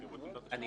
אני